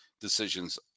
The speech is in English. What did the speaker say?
decisions